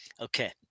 Okay